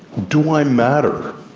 do i matter?